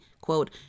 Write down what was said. Quote